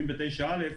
סעיף 79(א),